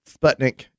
Sputnik